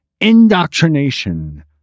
indoctrination